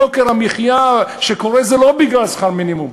יוקר המחיה הוא לא בגלל שכר מינימום,